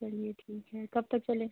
चलिए ठीक है कब तब चले